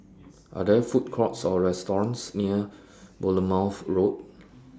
Are There Food Courts Or restaurants near Bournemouth Road